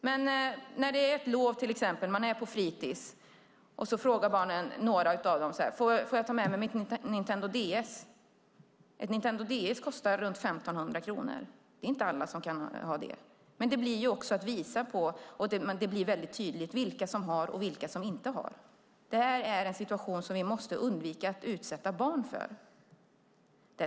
Men tänk att det är lov och man är på fritis, och så frågar några av barnen: Får jag ta med mitt Nintendo DS? Ett Nintendo DS kostar runt 1 500 kronor. Det är inte alla som kan ha det. Här blir det väldigt tydligt vilka som har och vilka som inte har. Detta är en situation som vi måste undvika att utsätta barn för.